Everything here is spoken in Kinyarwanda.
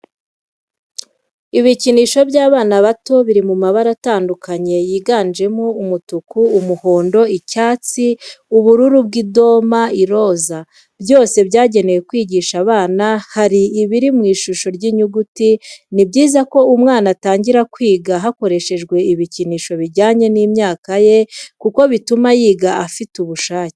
Ibikinisho by'abana bato biri mu mabara atandukanye yiganjemo umutuku, umuhondo, icyatsi, ubururu bw'idoma, iroza, byose byagenewe kwigisha abana hari ibiri mu ishisho y'inyuguti. Ni byiza ko umwana atangira kwiga hakoreshejwe ibikinisho bijyanye n'imyaka ye kuko bituma yiga afite ubushake.